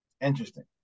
interesting